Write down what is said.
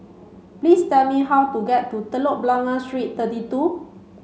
please tell me how to get to Telok Blangah Street thirty two